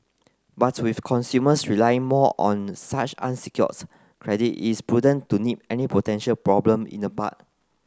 but with consumers relying more on such unsecured credit it is prudent to nip any potential problem in the bud